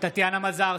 טטיאנה מזרסקי,